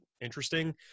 interesting